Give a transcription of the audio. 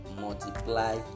multiply